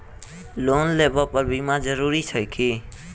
Loan लेबऽ पर बीमा जरूरी छैक की?